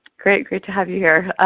great great to have you here.